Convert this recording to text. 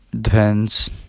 depends